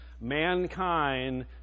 mankind